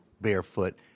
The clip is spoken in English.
barefoot